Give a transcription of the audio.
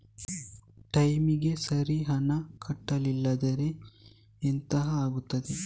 ಟೈಮಿಗೆ ಸರಿ ಹಣ ಕಟ್ಟಲಿಲ್ಲ ಅಂದ್ರೆ ಎಂಥ ಆಗುತ್ತೆ?